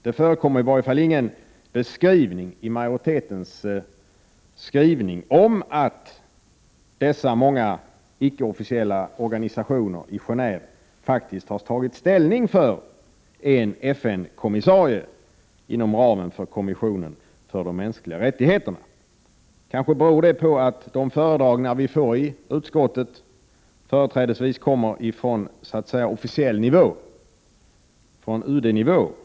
Det förekommer i alla fall i majoritetens skrivning i betänkandet ingenting om att dessa icke-officiella organisationer i Genéve faktiskt har tagit ställning för en FN-kommissarie inom ramen för kommissionen för de mänskliga rättigheterna. Kanske beror detta på att de föredragningar som vi får i utskottet företrädesvis kommer från så att säga officiell nivå, dvs. UD-nivå.